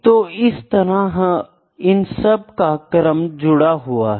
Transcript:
तो इस तरह इन सब का क्रम जुड़ा हुआ है